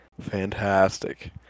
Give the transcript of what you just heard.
fantastic